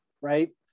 right